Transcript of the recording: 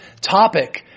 topic